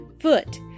foot